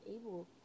able